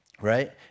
right